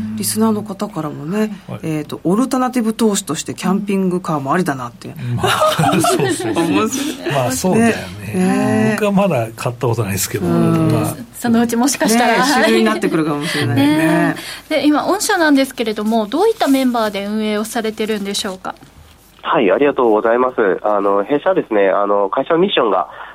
リスナーの方からもね、はい。えーと、オルタナティブ投資としてキャンピングカーもありだなってまあ、そうそうそう。思うし。 まあ、そうだよね。ね。僕はまだ買ったことないですけど、うーん。まあ。そ- そのうちもしかしたら。 ね、主流になってくるかもしれないよね。 ねえ。で、今、御社なんですけれども、どういったメンバーで運営をされてるんでしょうか？はい、ありがとうございます。あの、弊社はですね、あの、会社のミッションが、